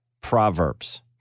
Proverbs